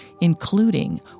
including